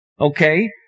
okay